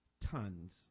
tons